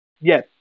Yes